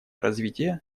развития